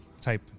type